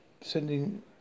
sending